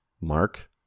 Mark